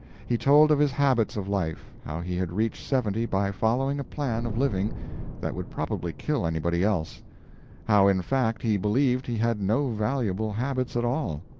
he told of his habits of life, how he had reached seventy by following a plan of living that would probably kill anybody else how, in fact, he believed he had no valuable habits at all.